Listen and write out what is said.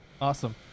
Awesome